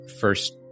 first